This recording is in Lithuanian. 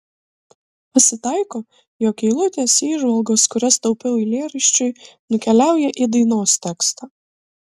pasitaiko jog eilutės įžvalgos kurias taupiau eilėraščiui nukeliauja į dainos tekstą